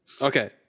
Okay